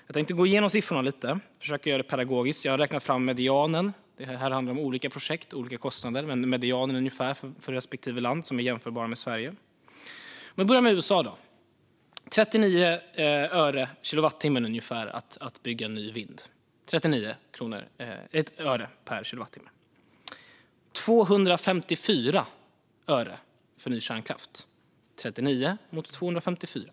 Jag tänkte gå igenom siffrorna och ska försöka göra det pedagogiskt. Det är olika projekt och olika kostnader. Men jag har räknat fram ungefärlig median för respektive land som är jämförbart med Sverige. I USA kostar det ungefär 39 öre per kilowattimme att bygga ett nytt vindkraftverk. Det kostar 254 öre per kilowattimme att bygga ett nytt kärnkraftverk - 39 mot 254.